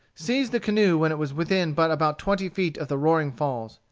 seized the canoe when it was within but about twenty feet of the roaring falls.